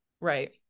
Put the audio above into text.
Right